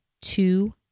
two